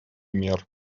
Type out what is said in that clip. мер